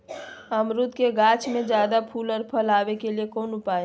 अमरूद के गाछ में ज्यादा फुल और फल आबे के लिए कौन उपाय है?